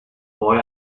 boy